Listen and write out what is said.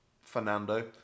Fernando